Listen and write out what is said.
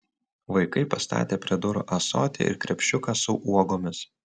vaikai pastatė prie durų ąsotį ir krepšiuką su uogomis